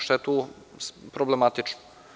Šta je tu problematično?